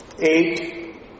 eight